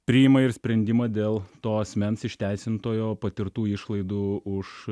priima ir sprendimą dėl to asmens išteisintojo patirtų išlaidų už